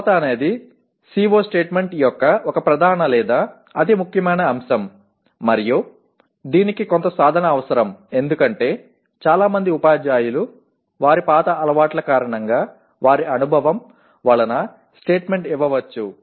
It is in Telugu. కొలత అనేది CO స్టేట్మెంట్ యొక్క ఒక ప్రధాన లేదా అతి ముఖ్యమైన అంశం మరియు దీనికి కొంత సాధన అవసరం ఎందుకంటే చాలా మంది ఉపాధ్యాయులు వారి పాత అలవాట్ల కారణంగా వారి అనుభవం వలన స్టేట్మెంట్ ఇవ్వవచ్చు